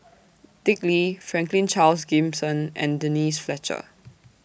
Dick Lee Franklin Charles Gimson and Denise Fletcher